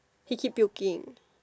he keep puking